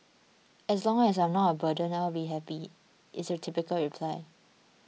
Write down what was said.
as long as I am not a burden I will be happy is a typical reply